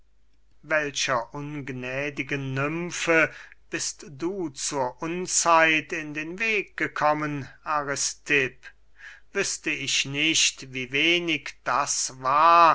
welcher ungnädigen nymfe bist du zur unzeit in den weg gekommen aristipp wüßte ich nicht wie wenig das war